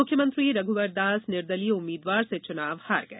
मुख्यमंत्री रघुवर दास निर्दलीय उम्मीदवार से चुनाव हार गए